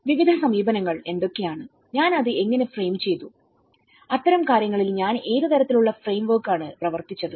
വിവിധ സമീപനങ്ങൾ എന്തൊക്കെയാണ് ഞാൻ അത് എങ്ങനെ ഫ്രെയിം ചെയ്തു അത്തരം കാര്യങ്ങളിൽ ഞാൻ ഏത് തരത്തിലുള്ള ഫ്രെയിംവർക്ക് ആണ് പ്രവർത്തിച്ചത്